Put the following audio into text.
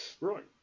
Right